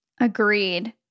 Agreed